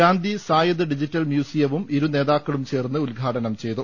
Gandhi Zayed digital മ്യൂസിയവും ഇരുനേതാക്കളും ചേർന്ന് ഉദ്ഘാടനം ചെയ്തു